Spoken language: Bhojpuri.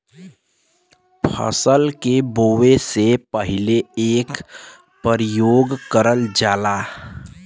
फसल के बोवे से पहिले एकर परियोग करल जाला